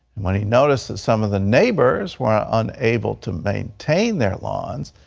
when he noticed some of the neighbors were unable to maintain their lawns,